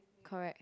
correct